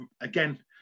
again